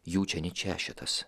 jų čia net šešetas